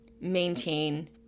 maintain